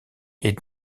est